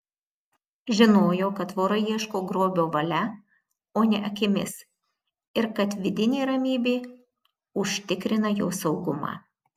žinojo kad vorai ieško grobio valia o ne akimis ir kad vidinė ramybė užtikrina jo saugumą